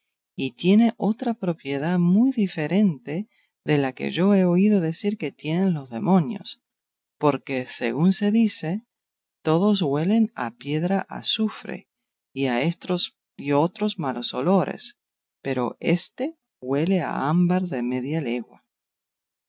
y tiene otra propiedad muy diferente de la que yo he oído decir que tienen los demonios porque según se dice todos huelen a piedra azufre y a otros malos olores pero éste huele a ámbar de media legua